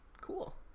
Cool